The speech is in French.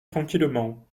tranquillement